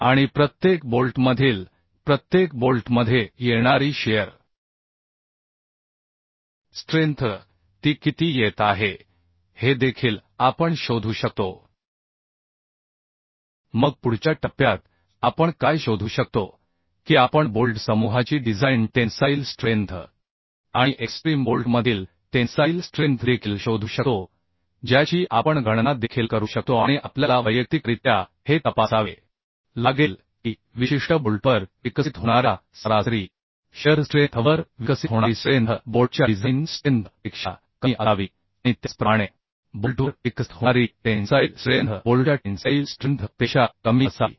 आणि प्रत्येक बोल्टमधील प्रत्येक बोल्टमध्ये येणारी शिअर स्ट्रेंथ ती किती येत आहे हे देखील आपण शोधू शकतो मग पुढच्या टप्प्यात आपण काय शोधू शकतो की आपण बोल्ट समूहाची डिझाइन टेन्साईल स्ट्रेंथ आणि एक्स्ट्रीम बोल्टमधील टेन्साईल स्ट्रेंथ देखील शोधू शकतो ज्याची आपण गणना देखील करू शकतो आणि आपल्याला वैयक्तिकरित्या हे तपासावे लागेल की विशिष्ट बोल्टवर विकसित होणाऱ्या सरासरी शिअर स्ट्रेंथ वर विकसित होणारी स्ट्रेंथ बोल्टच्या डिझाइन स्ट्रेंथ पेक्षा कमी असावी आणि त्याचप्रमाणे बोल्टवर विकसित होणारी टेन्साईल स्ट्रेंथ बोल्टच्या टेन्साईल स्ट्रेंथ पेक्षा कमी असावी